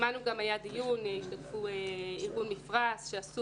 שמענו היה דיון בהשתתפות ארגון מפרץ שעשו